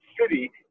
city